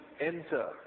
enter